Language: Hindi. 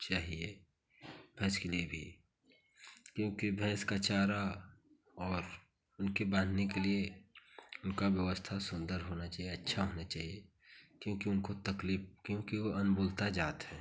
चाहिए भैंस के लिए भी क्योंकि भैंस का चारा और उनके बाँधने के लिए उनका व्यवस्था सुंदर होना चहिए अच्छा होना चाहिए क्योंकि उनको तकलीफ क्योंकि वह अनबोलता जात हैं